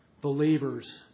believers